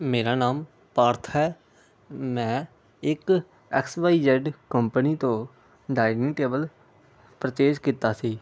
ਮੇਰਾ ਨਾਮ ਪਾਰਥ ਹੈ ਮੈਂ ਇੱਕ ਐਕਸ ਵਾਈ ਜੈੱਡ ਕੰਪਨੀ ਤੋਂ ਡਾਇਨਿੰਗ ਟੇਬਲ ਪਰਚੇਜ ਕੀਤਾ ਸੀ